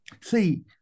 See